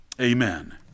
Amen